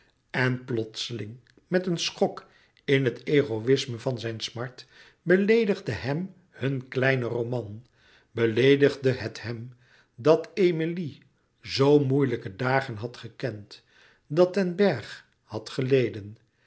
en plotseling met een schok in het egoïsme van zijn smart beleedigde hem hun kleine roman beleedigde het hem dat emilie z moeilijke dagen had gekend dat den bergh had geleden